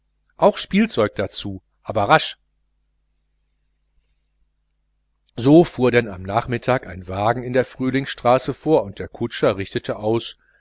auch spielzeug dazu aber rasch so fuhr denn mitten am nachmittag ein wagen in der frühlingsstraße vor und der kutscher richtete aus